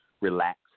relax